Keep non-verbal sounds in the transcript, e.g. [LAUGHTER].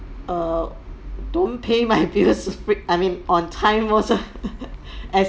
err don't pay my bills [LAUGHS] freq~ I mean on time most of [LAUGHS] as